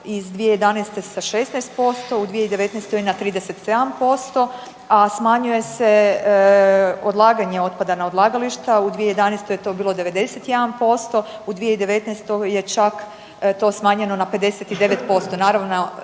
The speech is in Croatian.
iz 2011. sa 16% u 2019. na 37%, a smanjuje se odlaganje otpada na odlagališta, u 2011. je to bilo 91%, u 2019. je čak to smanjeno na 59%.